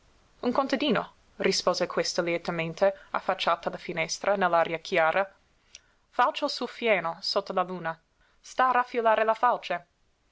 un contadino rispose questa lietamente affacciata alla finestra nell'aria chiara falcia il suo fieno sotto la luna sta a raffilare la falce